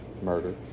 murder